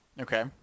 Okay